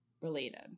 related